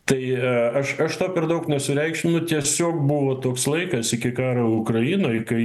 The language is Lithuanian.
tai aš aš to per daug nesureikšminu tiesiog buvo toks laikas iki karo ukrainoj kai